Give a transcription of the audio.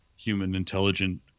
human-intelligent